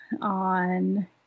on